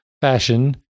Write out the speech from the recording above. fashion